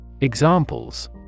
Examples